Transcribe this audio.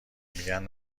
میگن